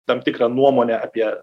tam tikrą nuomonę apie